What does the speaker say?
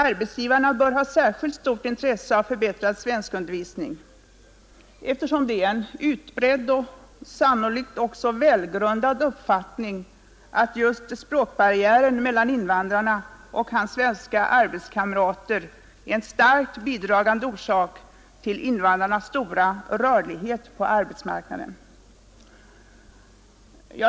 Arbetsgivarna bör ha särskilt stort intresse av förbättrad svenskundervisning, eftersom det är en utbredd och sannolikt också välgrundad uppfattning att språkbarriären mellan invandraren och hans svenska arbetskamrater är en starkt bidragande orsak till invandrarnas stora rörlighet på arbetsmarknaden.